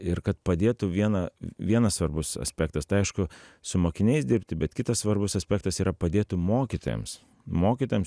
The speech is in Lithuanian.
ir kad padėtų viena vienas svarbus aspektas tai aišku su mokiniais dirbti bet kitas svarbus aspektas yra padėti mokytojams mokytojams